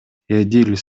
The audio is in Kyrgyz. эдил